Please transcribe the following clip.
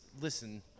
listen